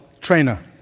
trainer